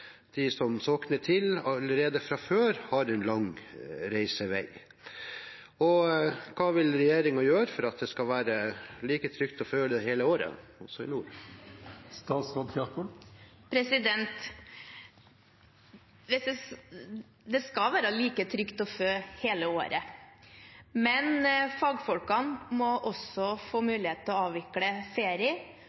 de som sokner til disse stedene, har allerede fra før av en lang reisevei. Hva vil regjeringen gjøre for at det skal være like trygt å føde hele året, også i nord? Det skal være like trygt å føde hele året, men fagfolkene må også få mulighet til å avvikle ferie,